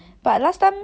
ya